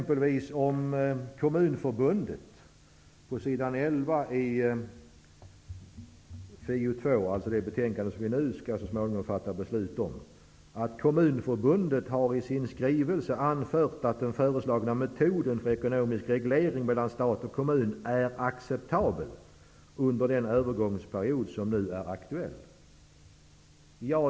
På s. 11 i FiU2, det betänkande som vi så småningom skall fatta beslut om, skriver man: ''Kommunförbundet har i sin skrivelse anfört att den föreslagna metoden för ekonomisk reglering mellan stat och kommun är acceptabel under den övergångsperiod som nu är aktuell.''